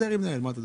- אני העליתי את זה